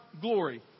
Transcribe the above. glory